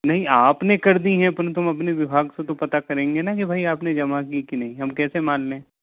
नहीं आपने कर दी है परंतु अपने विभाग से तो पता करेंगे ना कि भाई आपने जमा की कि नहीं हम कैसे मान लें